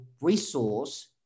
resource